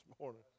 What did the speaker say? morning